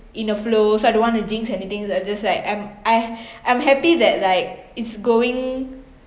in a flow so I don't want to jinx anything I just like I’m I I'm happy that like it's going